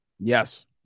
Yes